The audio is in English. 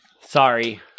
Sorry